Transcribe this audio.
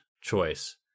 choice